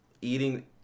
Eating